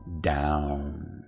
down